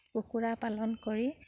কুকুৰা পালন কৰি